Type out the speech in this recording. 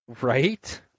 Right